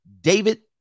David